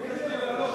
לא ביקשתי אבל לעלות,